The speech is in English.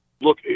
look